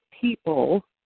people